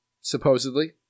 supposedly